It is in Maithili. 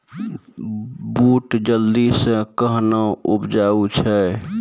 बूट जल्दी से कहना उपजाऊ छ?